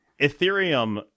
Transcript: Ethereum